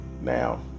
Now